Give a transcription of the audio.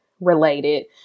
related